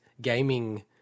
gaming